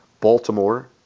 Baltimore